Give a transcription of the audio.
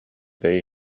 they